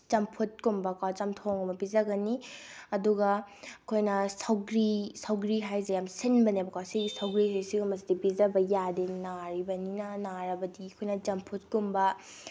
ꯆꯞꯐꯨꯠꯀꯨꯝꯕ ꯀꯣ ꯆꯝꯊꯣꯡꯒꯨꯝꯕ ꯄꯤꯖꯒꯅꯤ ꯑꯗꯨꯒ ꯑꯩꯈꯣꯏꯅ ꯁꯧꯒ꯭ꯔꯤ ꯁꯧꯒ꯭ꯔꯤ ꯍꯥꯏꯁꯦ ꯌꯥꯝ ꯁꯤꯟꯕꯅꯦꯕꯀꯣ ꯁꯤꯒꯤ ꯁꯧꯒ꯭ꯔꯤ ꯁꯤꯒꯨꯝꯕꯁꯤꯗꯤ ꯄꯖꯕ ꯌꯥꯗꯦ ꯅꯥꯔꯤꯕꯅꯤꯅ ꯅꯥꯔꯕꯗꯤ ꯑꯩꯈꯣꯏꯅ ꯆꯝꯐꯨꯠꯀꯨꯝꯕ